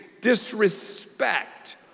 disrespect